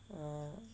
uh